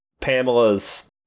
Pamela's